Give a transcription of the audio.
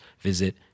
visit